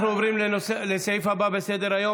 אנחנו עוברים לסעיף הבא בסדר-היום,